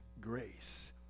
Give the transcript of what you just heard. grace